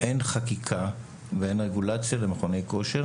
אין חקיקה ואין רגולציה למכוני כושר